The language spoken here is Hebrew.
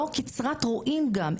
לא קצרת רואי גם,